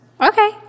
Okay